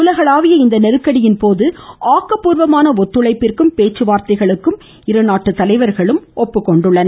உலகளாவிய இந்த நெருக்கடியின்போது ஆக்கப்பூர்வமான ஒத்துழைப்பிற்கும் பேச்சுவார்த்தைகளுக்கும் இரு தலைவர்களும் ஒப்புக்கொண்டனர்